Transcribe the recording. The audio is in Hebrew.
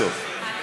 עד הסוף.